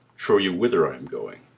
trow you whither i am going?